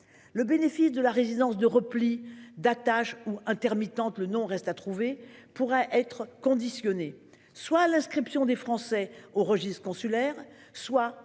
Le bénéfice de la résidence « de repli »,« d'attache » ou « intermittente »- le nom reste à trouver -pourra être conditionné soit à l'inscription des Français sur le registre consulaire, soit